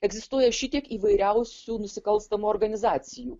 egzistuoja šitiek įvairiausių nusikalstamų organizacijų